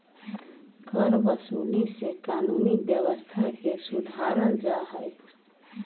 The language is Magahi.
करवसूली से कानूनी व्यवस्था के सुधारल जाहई